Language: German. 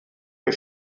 der